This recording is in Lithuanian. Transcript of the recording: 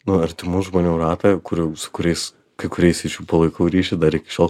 nu artimų žmonių ratą kurių kuriais kai kuriais iš jų palaikau ryšį dar iki šiol